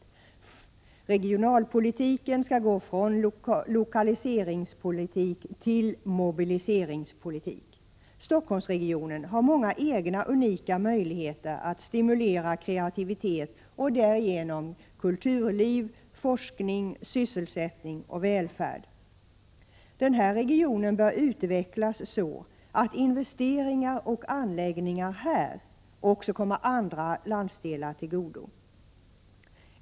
Regionalpolitiken skall gå från lokaliseringspolitik till mobiliseringspolitik. Stockholmsregionen har många egna unika möjligheter att stimulera kreativitet och därigenom kulturliv, forskning, sysselsättning och välfärd. Denna region bör utvecklas så att investeringar och anläggningar också här kommer andra landsdelar till godo.